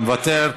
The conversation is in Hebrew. מוותר,